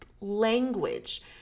language